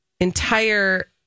entire